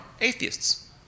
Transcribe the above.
atheists